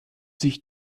sich